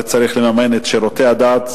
זה צריך לממן את שירותי הדת,